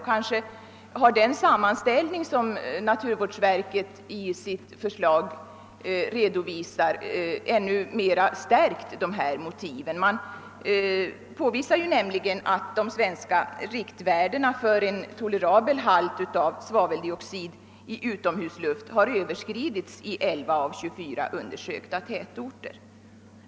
Kanske har den sammanställning som naturvårdsverket redovisar i sitt förslag ännu mera stärkt dessa motiv. Den ger nämligen vid handen att de svenska riktvärdena för en tolerabel halt av svaveldioxid i utomhusluft har överstigits i 11 av 24 undersökta tätorter.